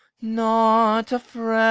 not a